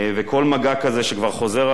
בטח לא בקשות בשביל עצמם,